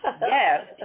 Yes